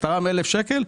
תרם 1000 שקל,